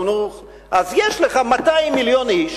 אז יש לך 200 מיליון איש